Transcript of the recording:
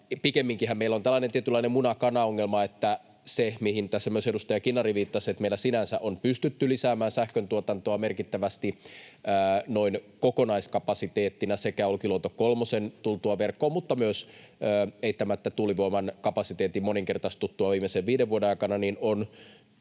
Pikemminkinhän meillä on tällainen tietynlainen muna—kana-ongelma, mihin tässä myös edustaja Kinnari viittasi: se, että meillä sinänsä on pystytty lisäämään sähköntuotantoa merkittävästi noin kokonaiskapasiteettina sekä Olkiluoto kolmosen tultua verkkoon että myös eittämättä tuulivoiman kapasiteetin moninkertaistuttua viimeisen viiden vuoden aikana, on